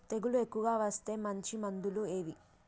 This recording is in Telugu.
తెగులు ఎక్కువగా వస్తే మంచి మందులు ఏవి?